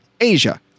Asia